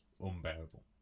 unbearable